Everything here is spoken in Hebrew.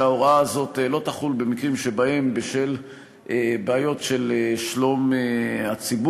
ההוראה הזאת לא תחול במקרים שבהם בשל בעיות של שלום הציבור,